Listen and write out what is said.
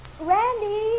Randy